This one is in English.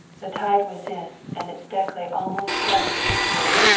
the tide was in, and its deck lay almost flush with the pier.